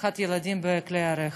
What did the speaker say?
שכחת ילדים בכלי הרכב.